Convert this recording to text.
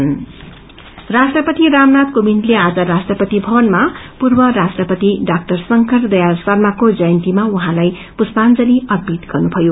पनिर्मसेरी राष्ट्रपति रामनाथ कोविन्दले आज राष्ट्रपति भवनमा पूर्व राष्ट्रपति डाक्टर शंकर दयाल शार्माको जयन्तीमा उझँलाई पुष्पाजंली अर्पित गर्नुभयो